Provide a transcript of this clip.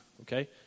okay